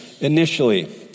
initially